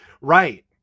Right